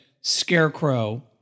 scarecrow